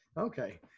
Okay